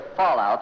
fallout